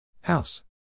House